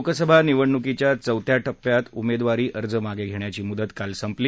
लोकसभा निवडणुकीच्या चौथ्या टप्प्यात उमध्वारी अर्ज मागधिखाची मुदत काल संपली